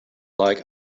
like